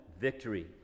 victory